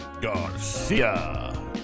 garcia